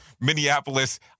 Minneapolis